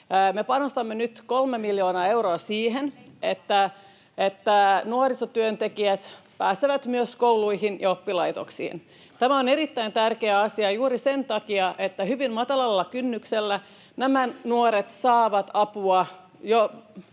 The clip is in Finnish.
panostamme nyt kolme miljoonaa euroa siihen, että nuorisotyöntekijät pääsevät myös kouluihin ja oppilaitoksiin. Tämä on erittäin tärkeä asia juuri sen takia, että hyvin matalalla kynnyksellä nämä nuoret saavat apua jo